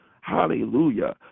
Hallelujah